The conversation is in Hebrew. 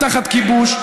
לא הייתה תחת כיבוש,